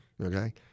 okay